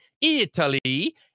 italy